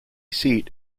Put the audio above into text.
seat